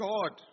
God